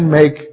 make